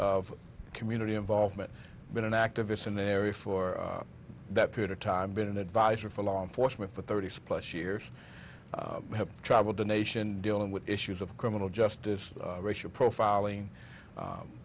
of community involvement been an activist in the area for that period of time been an advisor for law enforcement for thirty six plus years have traveled the nation dealing with issues of criminal justice racial profiling